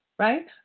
Right